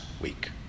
week